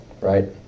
right